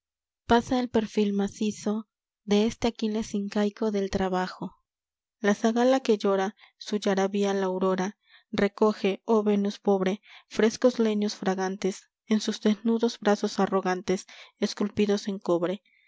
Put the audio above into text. pasa el perfil macizo de este aquiles incaico del trabajo la zagala que llora su yaraví a la aurora recoge oh venus pobi e frescos leños fragantes en sus desnudos brazos arrogantes esculpidos en cobre